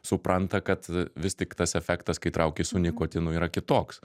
supranta kad a vis tik tas efektas kai trauki su nikotinu yra kitoks